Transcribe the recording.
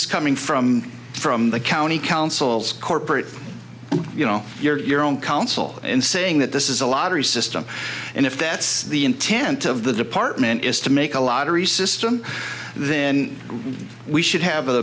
is coming from from the county council's court you know you're your own counsel in saying that this is a lottery system and if that's the intent of the department is to make a lottery system then we should have